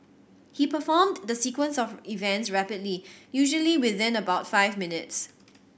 he performed the sequence of events rapidly usually within about five minutes